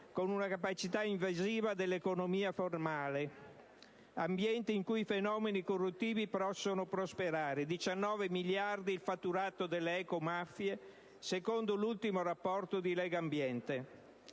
con una capacità invasiva dell'economia formale. Sono ambienti in cui i fenomeni corruttivi possono prosperare: 19 miliardi è il fatturato delle ecomafie, secondo l'ultimo rapporto di Legambiente.